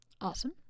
Awesome